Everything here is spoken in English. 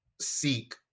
seek